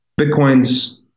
Bitcoin's